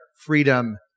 freedom